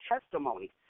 testimony